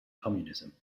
communism